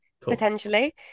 potentially